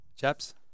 Chaps